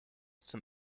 zum